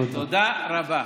תודה רבה.